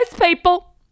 people